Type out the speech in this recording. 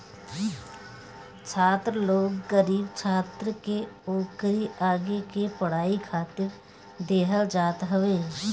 छात्र लोन गरीब छात्र के ओकरी आगे के पढ़ाई खातिर देहल जात हवे